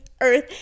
earth